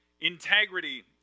Integrity